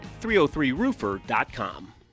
303roofer.com